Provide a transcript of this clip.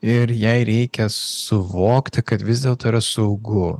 ir jai reikia suvokti kad vis dėlto yra saugu